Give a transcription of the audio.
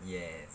yes